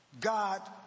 God